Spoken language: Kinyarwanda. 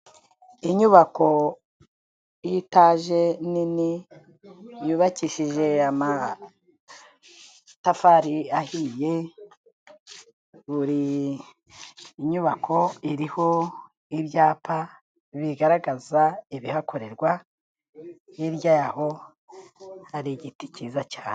Inyubako y'itaje, nini, yubakishije amatafari ahiye, buri nyubako iriho ibyapa, bigaragaza ibihakorerwa, hirya y'aho, hari igiti cyiza cyane.